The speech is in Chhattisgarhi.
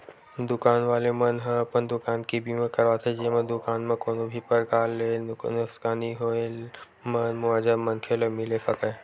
दुकान वाले मन ह अपन दुकान के बीमा करवाथे जेमा दुकान म कोनो भी परकार ले नुकसानी के होय म मुवाजा मनखे ल मिले सकय